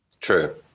True